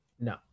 No